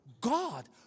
God